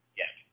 yes